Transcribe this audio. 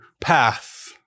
path